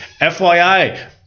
FYI